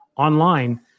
online